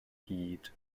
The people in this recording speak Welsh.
hyd